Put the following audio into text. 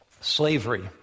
slavery